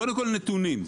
קודם כול, נתונים.